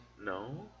No